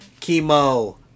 chemo